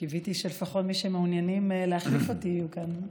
קיוויתי שלפחות מי שמעוניינים להחליף אותי יהיו כאן.